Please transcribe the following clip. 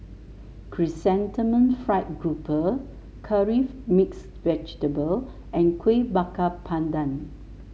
Chrysanthemum Fried Grouper Curry Mixed Vegetable and Kuih Bakar Pandan